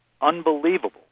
unbelievable